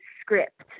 script